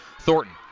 Thornton